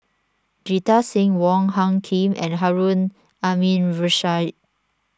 Jita Singh Wong Hung Khim and Harun Aminurrashid